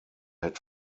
had